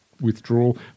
Withdrawal